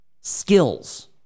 skills